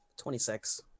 26